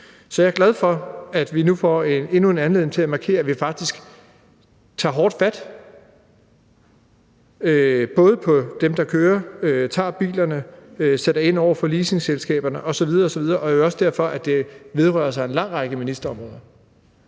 Så jeg er glad for, at vi nu får endnu en anledning til at markere, at vi faktisk tager hårdt fat i dem, der kører bilerne, og at vi tager bilerne og sætter ind over for leasingselskaberne osv. osv. Det er jo også derfor, det vedrører en lang række ministerområder.